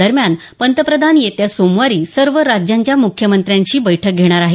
दरम्यान पंतप्रधान येत्या सोमवारी सर्व राज्यांच्या मुख्यमंत्र्यांशी बैठक घेणार आहेत